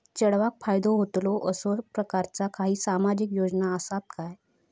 चेडवाक फायदो होतलो असो प्रकारचा काही सामाजिक योजना असात काय?